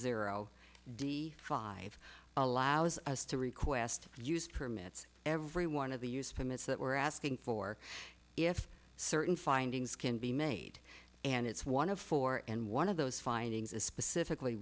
zero d five allows us to request use permits every one of the use permits that we're asking for if certain findings can be made and it's one of four and one of those findings is specifically